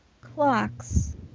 Clocks